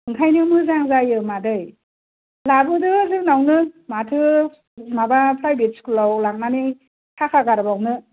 बेनिखायनो मोजां जायो मादै लाबोदो जोंनावनो माथो माबा प्रायभेट स्कुल आव लांनानै थाखा गारबावनो